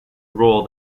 role